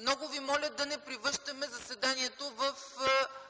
Много ви моля да не превръщаме заседанието в